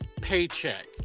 paycheck